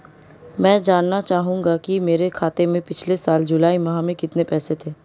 मैं जानना चाहूंगा कि मेरे खाते में पिछले साल जुलाई माह में कितने पैसे थे?